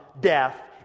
death